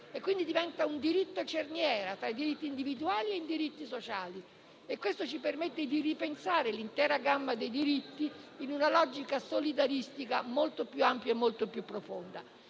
quindi un diritto cerniera tra quelli individuali e quelli sociali e ci permette di ripensare l'intera gamma dei diritti, in una logica solidaristica molto più ampia e molto più profonda.